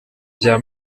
bya